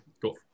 Cool